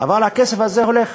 והכסף הזה הולך.